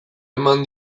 eman